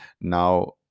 Now